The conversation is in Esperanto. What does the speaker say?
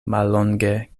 mallonge